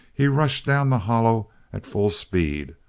he rushed down the hollow at full speed,